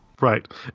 Right